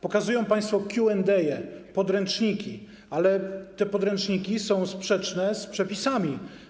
Pokazują państwo Q&A, podręczniki, ale te podręczniki są sprzeczne z przepisami.